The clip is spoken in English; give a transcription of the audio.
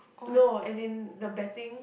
no as in the betting